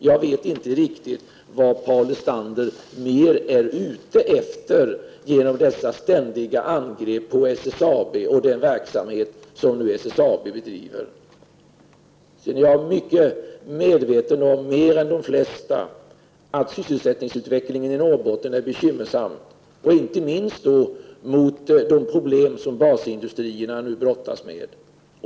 Jag vet inte riktigt vad mera Paul Lestander är ute efter genom dessa ständiga angrepp på SSAB och den verksamhet som företaget bedriver. Jag är mer än de flesta medveten om att sysselsättningsutvecklingen i Norrbotten är bekymmersam. Inte minst är jag medveten om de problem som basindustrierna brottas med.